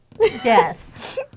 Yes